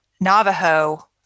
Navajo